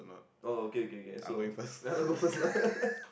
oh okay okay okay so ya lah go first lah